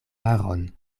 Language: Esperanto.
maron